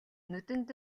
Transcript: нүдэнд